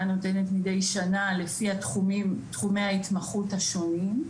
נותנת מדי שנה לפי תחומי ההתמחות השונים.